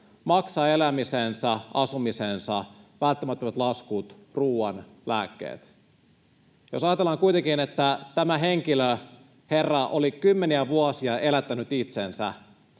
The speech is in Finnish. maksaa elämisensä, asumisensa, välttämättömät laskut, ruoan, lääkkeet. Jos ajatellaan kuitenkin, että tämä henkilö, herra, oli kymmeniä vuosia elättänyt itsensä